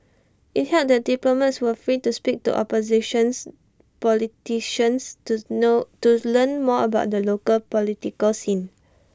IT held that diplomats were free to speak to oppositions politicians to know to learn more about the local political scene